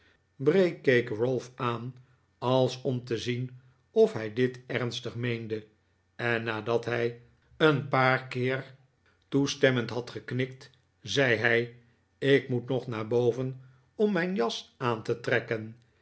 bray keek ralph aan als om te zien of hij dit ernstig meende en nadat hij een paar keer toestemmend had geknikt zei hij ik moet nog naar boven om mijn jas aan te trekken